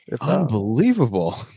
Unbelievable